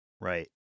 Right